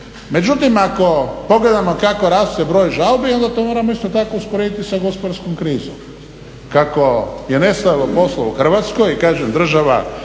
Međutim, ako pogledamo kako raste broj žalbi onda to moramo isto tako usporediti sa gospodarskom krizom. Kako je nestajalo posla u Hrvatskoj i kažem država,